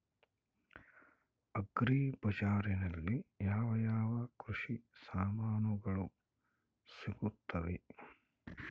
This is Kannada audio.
ಅಗ್ರಿ ಬಜಾರಿನಲ್ಲಿ ಯಾವ ಯಾವ ಕೃಷಿಯ ಸಾಮಾನುಗಳು ಸಿಗುತ್ತವೆ?